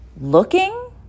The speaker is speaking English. Looking